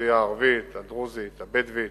לאוכלוסייה הערבית, הדרוזית, הבדואית,